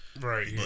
Right